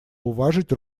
уважить